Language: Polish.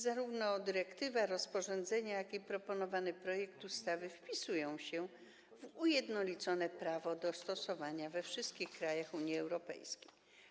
Zarówno dyrektywa, rozporządzenie, jak i proponowany projekt ustawy wpisują się w ujednolicone prawo do stosowania we wszystkich krajach Unii Europejskiej.